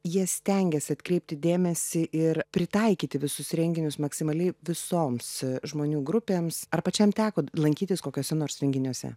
jie stengias atkreipti dėmesį ir pritaikyti visus renginius maksimaliai visoms žmonių grupėms ar pačiam teko lankytis kokiuose nors renginiuose